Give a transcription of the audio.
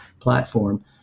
platform